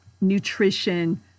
nutrition